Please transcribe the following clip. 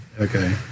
Okay